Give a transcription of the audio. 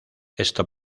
esto